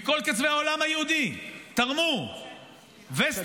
מכל קצווי העולם היהודי תרמו וסטים,